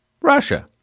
Russia